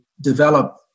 develop